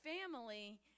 Family